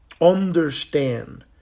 Understand